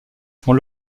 font